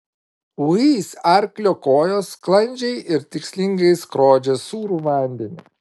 uis arklio kojos sklandžiai ir tikslingai skrodžia sūrų vandenį